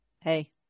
Hey